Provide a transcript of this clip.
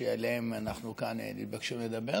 שעליהם אנחנו כאן מתבקשים לדבר,